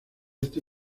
este